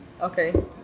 Okay